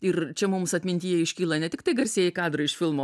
ir čia mums atmintyje iškyla ne tik tai garsieji kadrai iš filmo